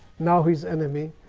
now his enemy,